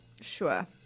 Sure